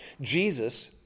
Jesus